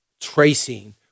tracing